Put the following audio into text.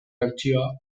bertsioa